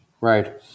Right